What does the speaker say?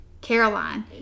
Caroline